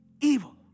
evil